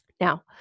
Now